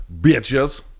bitches